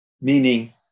meaning